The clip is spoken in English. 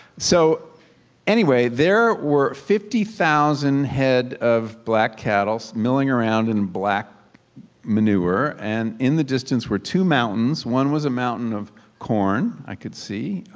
so there were fifty thousand head of black cattle milling around in black manure and in the distance were two mountains one was a mountain of corn i could see